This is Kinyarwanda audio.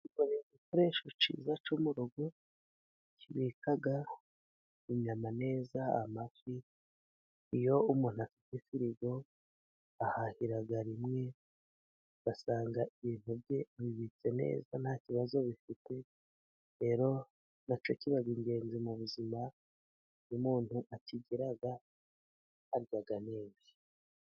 Igikoresho cyiza cyo mu rugo kibika inyama neza, amafi, iyo umuntu afite firigo, ahahira rimwe, ugasanga ibintu bye bibitse neza nta kibazo bifite, rero na cyo kiba ingenzi mu buzima, iyo umuntu akigira, arya neza.